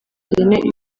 rene